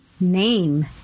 Name